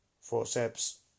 forceps